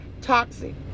toxic